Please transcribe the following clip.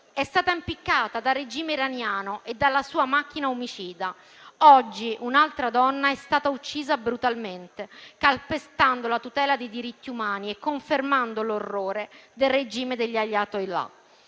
È stata impiccata dal regime iraniano e dalla sua macchina omicida. Oggi un'altra donna è stata uccisa brutalmente, calpestando la tutela dei diritti umani e confermando l'orrore del regime degli *ayatollah.*